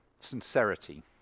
Sincerity